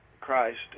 Christ